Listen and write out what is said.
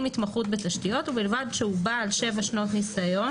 עם התמחות בתשתיות ובלבד שהוא בעל שבע שנות ניסיון